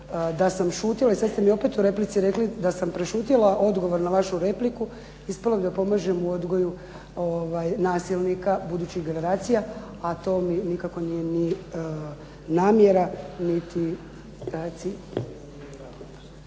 da sam šutjela i sad ste mi opet u replici rekli da sam prešutjela odgovor na vašu repliku. Ispalo je da pomažem u odgoju nasilnika budućih generacija a to mi nikako nije ni namjera niti